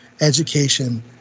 education